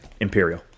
Imperial